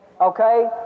okay